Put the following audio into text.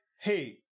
hey